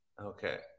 Okay